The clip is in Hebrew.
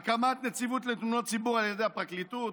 ועל הקמת נציבות לתלונות ציבור על ידי הפרקליטות,